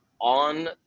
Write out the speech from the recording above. on